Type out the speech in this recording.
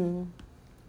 mm